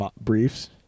briefs